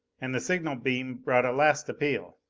and the signal beam brought a last appeal